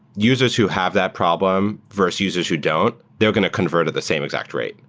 users who have that problem versus users who don't, they're going to convert at the same exact rate,